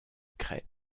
craie